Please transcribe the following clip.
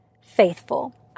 faithful